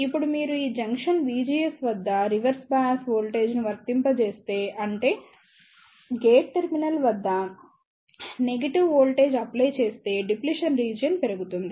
ఇప్పుడు మీరు ఈ జంక్షన్ VGS వద్ద రివర్స్ బయాస్ వోల్టేజ్ను వర్తింపజేస్తే అంటే గేట్ టెర్మినల్ వద్ద నెగెటివ్ వోల్టేజ్ అప్లై చేస్తే డిప్లిషన్ రీజియన్ పెరుగుతుంది